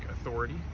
authority